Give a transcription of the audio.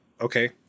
okay